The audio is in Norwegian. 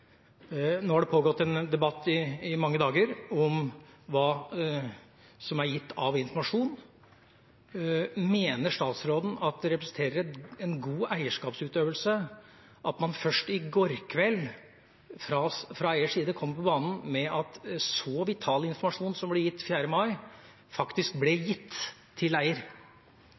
Nå har det i mange dager pågått en debatt om hva som er gitt av informasjon. Mener statsråden at det representerer en god eierskapsutøvelse at man fra eiers side først i går kveld kom på banen med at så vital informasjon som ble gitt den 4. mai, faktisk ble